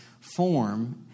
form